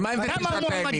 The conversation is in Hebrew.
אז מה אם זה תשעת הימים?